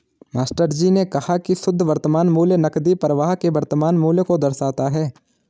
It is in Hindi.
मास्टरजी ने कहा की शुद्ध वर्तमान मूल्य नकदी प्रवाह के वर्तमान मूल्य को दर्शाता है